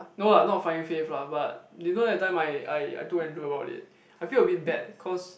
no lah not finding faith lah but you know that time I I I told Andrew about it I feel a bit bad cause